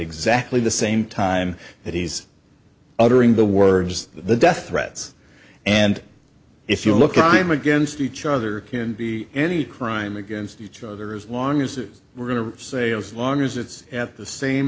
exactly the same time that he's uttering the words the death threats and if you look at them against each other can be any crime against each other as long as we're going to say as long as it's at the same